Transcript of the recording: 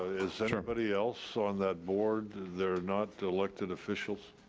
is everybody else on that board, they're not elected officials?